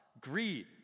greed